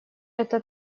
это